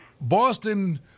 Boston